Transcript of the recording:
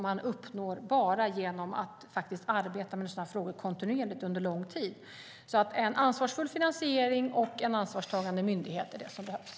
Det uppnår man bara genom att arbeta med sådana frågor kontinuerligt under lång tid. En ansvarsfull finansiering och en ansvarstagande myndighet är vad som behövs.